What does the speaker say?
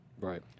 Right